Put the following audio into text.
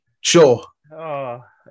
Sure